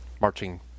marching